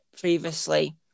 previously